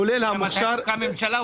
מתי תקום הממשלה.